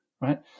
right